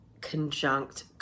conjunct